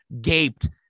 gaped